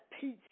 peace